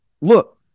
Look